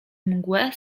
mgłę